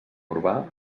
urbà